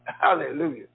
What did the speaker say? Hallelujah